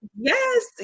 Yes